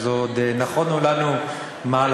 אז עוד נכונו לנו מהלכים.